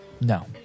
No